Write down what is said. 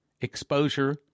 exposure